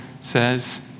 says